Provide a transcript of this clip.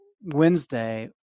Wednesday